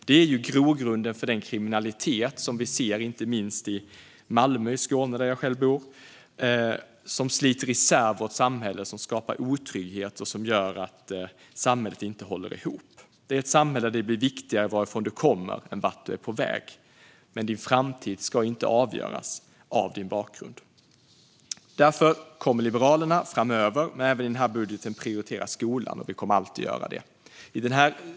Det är grogrunden för den kriminalitet som vi ser, inte minst i Malmö i Skåne där jag själv bor, som sliter isär vårt samhälle, skapar otrygghet och gör att samhället inte håller ihop. Det är ett samhälle där det blir viktigare varifrån man kommer än vart man är på väg. Men din framtid ska inte avgöras av din bakgrund. Därför kommer Liberalerna framöver, liksom i den här budgeten, att prioritera skolan. Det kommer vi alltid att göra.